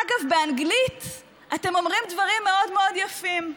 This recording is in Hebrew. אגב, באנגלית אתם אומרים דברים מאוד מאוד יפים.